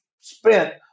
spent